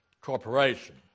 corporation